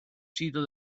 sito